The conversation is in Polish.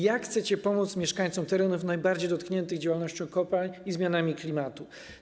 Jak chcecie pomóc mieszkańcom terenów najbardziej dotkniętych działalnością kopalń i zmianami klimatu?